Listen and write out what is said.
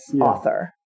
author